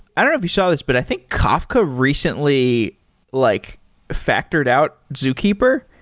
i don't know if you saw this, but i think kafka recently like factored out zookeeper.